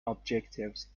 objectives